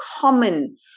common